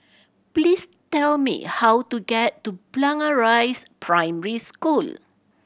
please tell me how to get to Blangah Rise Primary School